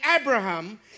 Abraham